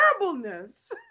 terribleness